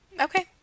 Okay